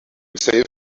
save